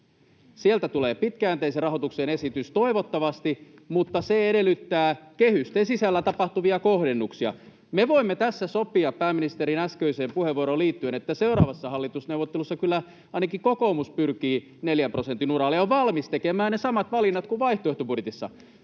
Sieltä tulee pitkäjänteisen rahoituksen esitys toivottavasti, mutta se edellyttää kehysten sisällä tapahtuvia kohdennuksia. Me voimme tässä sopia pääministerin äskeiseen puheenvuoroon liittyen, että seuraavassa hallitusneuvottelussa kyllä ainakin kokoomus pyrkii 4 prosentin uralle ja on valmis tekemään ne samat valinnat kuin vaihtoehtobudjetissa.